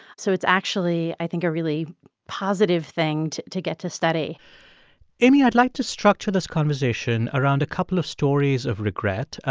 so it's actually, i think, a really positive thing to to get to study amy, i'd like to structure this conversation around a couple of stories of regret.